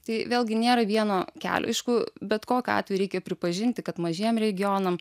tai vėlgi nėra vieno kelio aišku bet kokiu atveju reikia pripažinti kad mažiem regionam